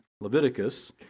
Leviticus